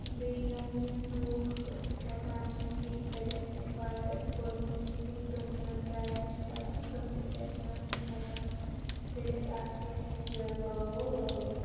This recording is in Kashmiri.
بیٚیہِ یِم لوٗکھ ہٮ۪کان چھِنہٕ کیٚنہہ کٔرِتھ یِم پَرِ پوٚرمُت چھُ نہٕ تٔمۍ تِم یِمَن ڈرٛاوِنٛگ چھِ تگان تِم تہٕ کیٛاہ چھِ وَنان ہٮ۪کان کٔرِتھ اَتھ پٮ۪ٹھ یہِ